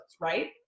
right